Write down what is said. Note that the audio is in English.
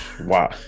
wow